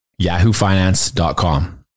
yahoofinance.com